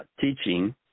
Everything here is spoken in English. teaching